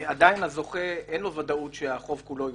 עדיין אין לזוכה ודאות שהחוב כולו יוחזר,